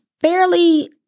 fairly